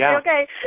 okay